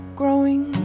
growing